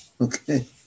okay